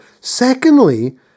Secondly